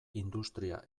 industria